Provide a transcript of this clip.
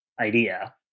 idea